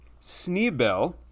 Sneebel